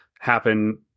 Happen